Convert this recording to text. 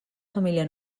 família